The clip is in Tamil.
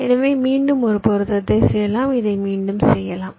எனவே மீண்டும் ஒரு பொருத்தத்தை செய்யலாம் இதை மீண்டும் செய்யவும்